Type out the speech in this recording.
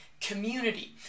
community